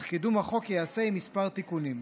אך קידום החוק ייעשה עם כמה תיקונים.